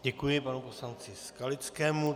Děkuji panu poslanci Skalickému.